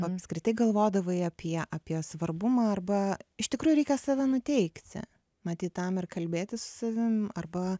apskritai galvodavai apie apie svarbumą arba iš tikrųjų reikia save nuteikti matyt tam ir kalbėtis su savim arba